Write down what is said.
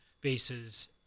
bases